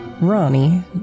Ronnie